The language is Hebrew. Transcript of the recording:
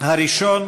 שפוזרה הכנסת.